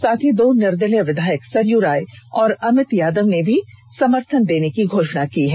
साथ ही दो निर्दलीय विधायक सरयू राय और अमित यादवने भी समर्थन देने की घोषणा की है